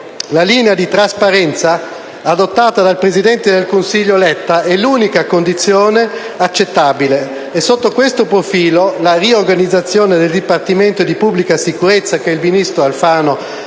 La linea di trasparenza adottata dal presidente del Consiglio Letta è l'unica condizione accettabile. E sotto questo profilo la riorganizzazione del Dipartimento di pubblica sicurezza che il ministro Alfano ha